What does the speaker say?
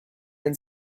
and